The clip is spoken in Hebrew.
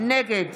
נגד